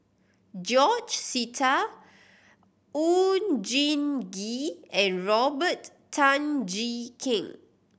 George Sita Oon Jin Gee and Robert Tan Jee Keng